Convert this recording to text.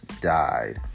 died